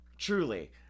truly